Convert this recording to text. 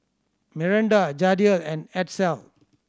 Miranda Jadiel and Edsel